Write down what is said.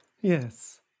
Yes